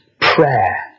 prayer